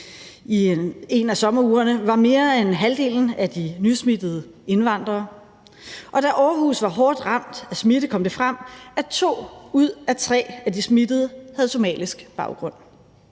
I en af sommerugerne var mere end halvdelen af de nysmittede indvandrere, og da Aarhus var hårdt ramt af smitte, kom det frem, at to ud af tre af de smittede havde somalisk baggrund.